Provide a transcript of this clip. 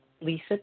Lisa